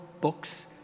books